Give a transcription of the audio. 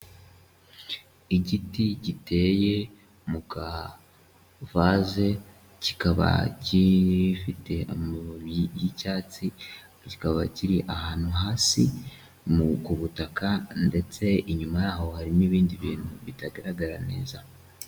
Igiti giteye mu kavase, kikaba gifite amababi y'icyatsi, kikaba kiri ahantu hasi mu ku butaka ndetse inyuma yaho hari n'ibindi bintu bitagaragara neza.